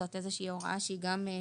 זו איזו שהיא הוראה שהתיישנה.